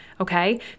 Okay